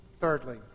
Thirdly